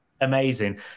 amazing